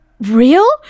real